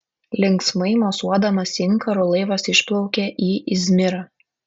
linksmai mosuodamas inkaru laivas išplaukė į izmirą